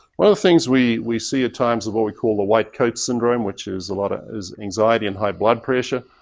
one of the things we we see at times is what we call the white coat syndrome, which is but is anxiety and high blood pressure,